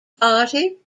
party